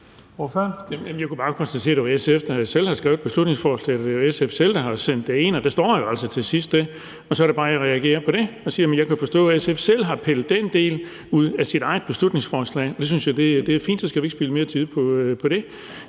Jeg kunne bare konstatere, at det var SF, der selv havde skrevet beslutningsforslaget, og at det var SF selv, der havde sendt det ind. Det står der jo altså til sidst. Og så er det bare, at jeg reagerer på det. Jeg kan forstå, at SF selv har pillet den del ud af sit eget beslutningsforslag. Det synes jeg er fint; så skal vi ikke spilde mere tid på det.